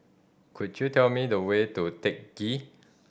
could you tell me the way to Teck Ghee